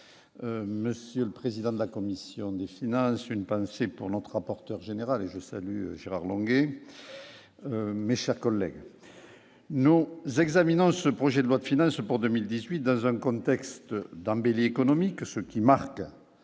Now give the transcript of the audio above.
monsieur le président de la commission des finances, une pensée pour l'entrée, rapporteur général et je salue Gérard Longuet, mes chers collègues, no examinant ce projet de loi finale ce pour 2018 dans un contexte Dembélé économique, ce qui marque